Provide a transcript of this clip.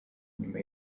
nyuma